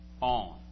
on